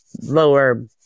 lower